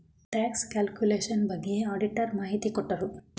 tax calculation ಬಗ್ಗೆ auditor ಮಾಹಿತಿ ಕೊಟ್ರು